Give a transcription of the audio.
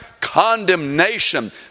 condemnation